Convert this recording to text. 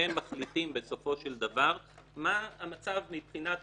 שהם מחליטים בסופו של דבר מה המצב מבחינת